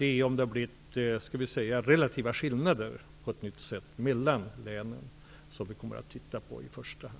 Vi kommer att i första hand titta på om det har uppstått relativa skillnader mellan länen.